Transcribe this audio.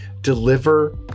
deliver